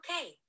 Okay